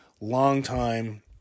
long-time